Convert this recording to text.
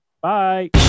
bye